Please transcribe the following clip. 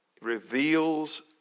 Reveals